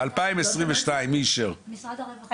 משרד הרווחה?